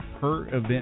per-event